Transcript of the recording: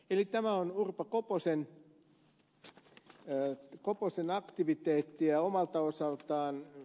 eli tämä on urpo koposen aktiviteettia omalta osaltaan